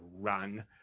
run